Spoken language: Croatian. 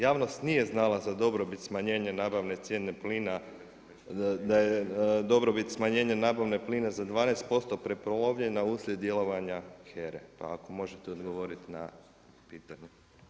Javnost nije znala za dobrobit smanjenje nabavne cijene plina da je dobrobit smanjenje nabave plina za 12% prepolovljena uslijed djelovanja HERA-e, pa ako možete odgovoriti na pitanje?